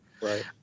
right